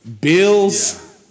Bills